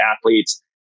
athletes